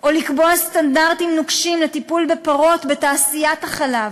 או לקבוע סטנדרטים נוקשים לטיפול בפרות בתעשיית החלב.